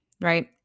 right